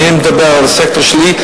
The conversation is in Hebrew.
אינני מדבר על הסקטור שלי,